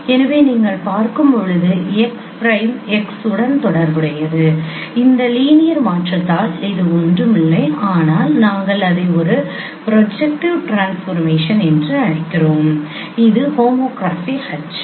எனவே நீங்கள் பார்க்கும்போது x பிரைம் x உடன் தொடர்புடையது இந்த லீனியர் மாற்றத்தால் இது ஒன்றும் இல்லை ஆனால் நாங்கள் அதை ஒரு ப்ரொஜெக்ட்டிவ் ட்ரான்ஸ்பார்மேஷன் என்று அழைக்கிறோம் இது ஹோமோகிராபி H